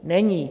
Není!